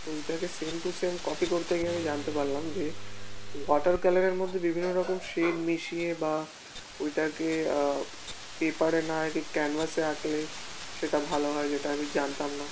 তো ওইটাকে same to same copy করতে গিয়ে আমি জানতে পারলাম যে ওয়াটার কালারের মধ্যে বিভিন্ন রকম শেড মিশিয়ে বা ওইটাকে পেপারে না এঁকে ক্যানভাসে আঁকলে সেটা ভালো হয় যেটা আমি জানতাম না